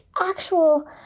actual